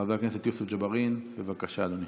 חבר הכנסת יוסף ג'בארין, בבקשה, אדוני,